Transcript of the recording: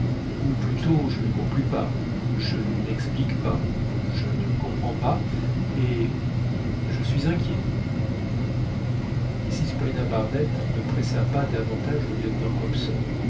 ou plutôt je ne conclus pas je n'explique pas je ne comprends pas et je suis inquiet mrs paulina barnett ne pressa pas davantage le lieutenant